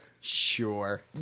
Sure